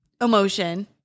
emotion